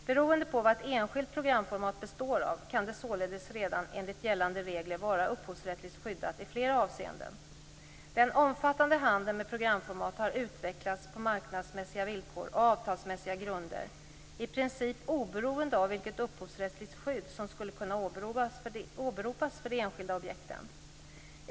Beroende på vad ett enskilt programformat består av, kan det således redan enligt gällande regler vara upphovsrättsligt skyddat i flera avseenden. Den omfattande handeln med programformat har utvecklats på marknadsmässiga villkor och avtalsmässiga grunder, i princip oberoende av vilket upphovsrättsligt skydd som skulle kunna åberopas för de enskilda objekten.